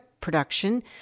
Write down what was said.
production